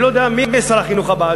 אני לא יודע מי יהיה שר החינוך הבא,